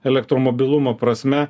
elektra mobilumo prasme